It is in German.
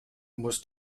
muss